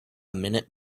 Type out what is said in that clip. minute